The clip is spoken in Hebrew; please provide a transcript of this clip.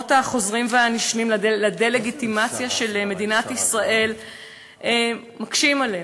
והניסיונות החוזרים והנשנים לדה-לגיטימציה של מדינת ישראל מקשים עלינו,